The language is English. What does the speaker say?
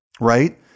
right